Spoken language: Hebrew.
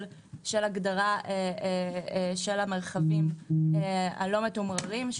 של הגדרה של המרחבים הלא מתומררים,